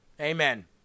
Amen